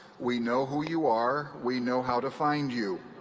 we know who you are. we know how to find you.